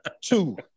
Two